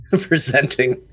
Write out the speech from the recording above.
presenting